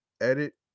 edit